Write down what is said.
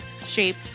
Shape